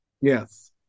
yes